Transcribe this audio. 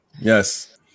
Yes